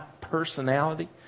personality